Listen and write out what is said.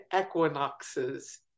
equinoxes